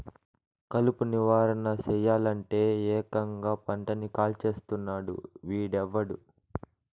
కలుపు నివారణ సెయ్యలంటే, ఏకంగా పంటని కాల్చేస్తున్నాడు వీడెవ్వడు